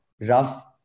rough